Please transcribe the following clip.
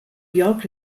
york